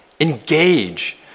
engage